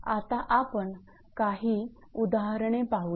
आता आपण काही उदाहरणे पाहुयात